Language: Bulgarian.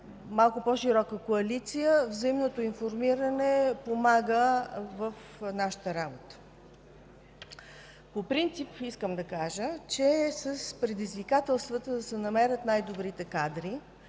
малко по-широка коалиция взаимното информиране помага в нашата работа. По принцип искам да кажа, че с предизвикателствата да се намерят най-добрите кадри,